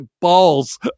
balls